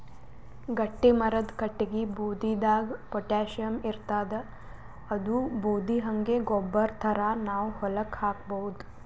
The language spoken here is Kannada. ಗಟ್ಟಿಮರದ್ ಕಟ್ಟಗಿ ಬೂದಿದಾಗ್ ಪೊಟ್ಯಾಷಿಯಂ ಇರ್ತಾದ್ ಅದೂ ಬೂದಿ ಹಂಗೆ ಗೊಬ್ಬರ್ ಥರಾ ನಾವ್ ಹೊಲಕ್ಕ್ ಹಾಕಬಹುದ್